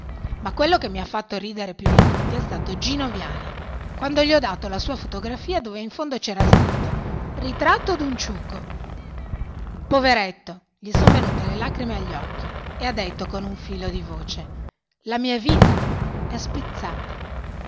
ma quello che mi ha fatto ridere più di tutti è stato gino viani quando gli ho dato la sua fotografia dove in fondo era scritto ritratto dun ciuco poveretto gli son venute le lacrime agli occhi e ha detto con un filo di voce la mia vita è spezzata